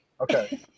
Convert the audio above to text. Okay